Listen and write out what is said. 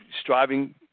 striving